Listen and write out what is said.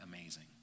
amazing